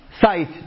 site